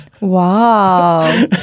Wow